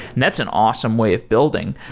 that's an awesome way of building,